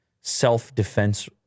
self-defense